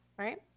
Right